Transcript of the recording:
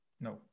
No